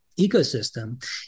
ecosystem